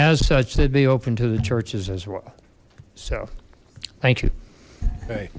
s such they'd be open to the churches as well so thank you